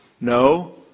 no